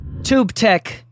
TubeTech